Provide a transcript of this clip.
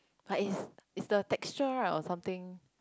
like it's it's the texture right or something